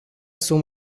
sunt